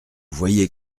voyez